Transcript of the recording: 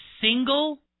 single